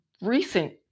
recent